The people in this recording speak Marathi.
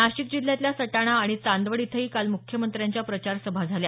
नाशिक जिल्ह्यातल्या सटाणा आणि चांदवड इथंही काल मुख्यमंत्र्यांच्या प्रचार सभा झाल्या